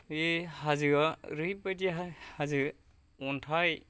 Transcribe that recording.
बे हाजोआ ओरैबायदि हाजो अन्थाइ